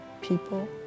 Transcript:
people